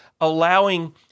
allowing